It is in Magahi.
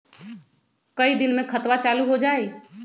कई दिन मे खतबा चालु हो जाई?